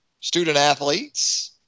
student-athletes